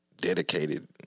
dedicated